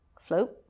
Float